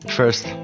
first